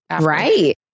Right